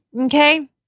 okay